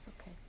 Okay